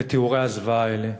את תיאורי הזוועה האלה.